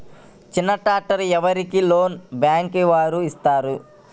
చిన్న ట్రాక్టర్ ఎవరికి లోన్గా బ్యాంక్ వారు ఇస్తారు?